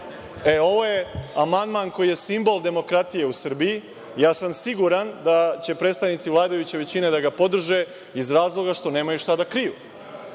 je amandman koji je simbol demokratije u Srbiji. siguran sam da će predstavnici vladajuće većine da ga podrže iz razloga što nemaju šta da kriju.